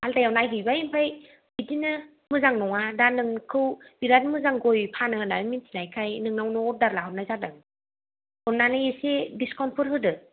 आलदायाव नायहैबाय ओमफ्राय बिदिनो मोजां नङा दा नोंखौ बिराथ मोजां गय फानो होन्नानै मिथिनायखाय नोंनावनो अर्डार लाहरनाय जादों अन्नानै एसे डिसकाउन्टफोर होदो